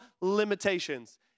limitations